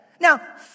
Now